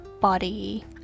body